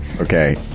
Okay